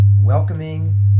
welcoming